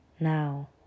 Now